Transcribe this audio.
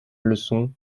leçon